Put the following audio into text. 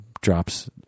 drops